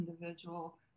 individual